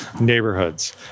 neighborhoods